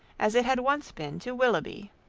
as it had once been to willoughby.